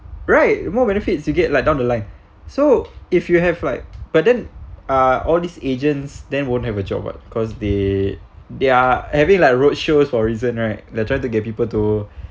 right more benefits you get like down the line so if you have like but then uh all these agents then won't have a job what cause they they are having like roadshows for a reason right they'll try to get people to